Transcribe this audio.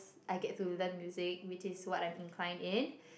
I get to learn music which is what I incline in